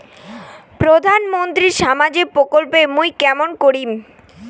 প্রধান মন্ত্রীর সামাজিক প্রকল্প মুই কেমন করিম?